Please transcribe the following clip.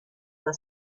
the